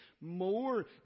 more